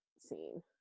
scene